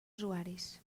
usuaris